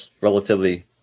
relatively